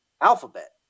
alphabet